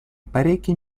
parecchie